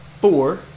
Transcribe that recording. four